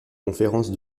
conférence